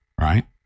right